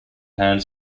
hand